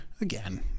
again